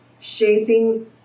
shaping